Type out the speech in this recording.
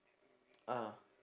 ah